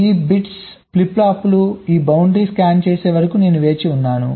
ఈ bits flip flop లు ఈ బౌండరీ స్కాన్ చేరే వరకు నేను వేచి ఉన్నాను